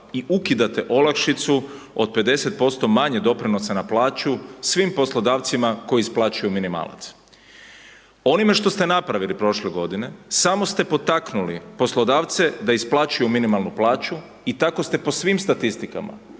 i ukidate olakšicu od 50% manje doprinosa na plaću svim poslodavcima koji isplaćuju minimalac. Onime što ste napravili prošle godine samo ste potaknuli poslodavce da isplaćuju minimalnu plaću i tako ste po svim statistikama